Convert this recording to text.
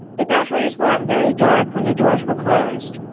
the batteries were very dark when the doors were closed,